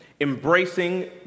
Embracing